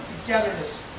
Togetherness